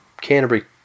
Canterbury